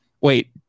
wait